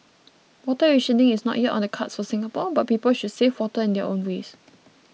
water rationing is not yet on the cards for Singapore but people should save water in their own ways